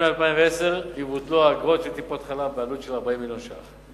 מ-2010 יבוטלו האגרות של טיפות-חלב בעלות של 40 מיליון ש"ח.